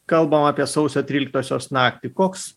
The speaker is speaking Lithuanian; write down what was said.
kalbam apie sausio tryliktosios naktį koks